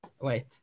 wait